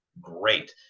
great